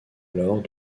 alors